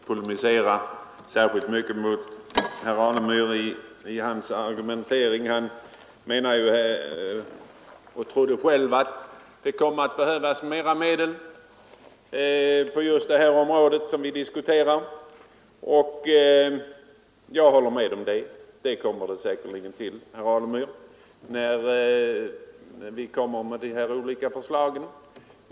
Herr talman! Jag skall inte polemisera särskilt mycket mot herr Alemyrs argumentering. Han trodde ju själv att det kommer att behövas mera medel på det område vi diskuterar, och jag håller med om detta. Det blir säkerligen på det sättet, herr Alemyr, när vi kommer med de olika förslagen.